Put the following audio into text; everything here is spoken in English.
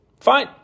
Fine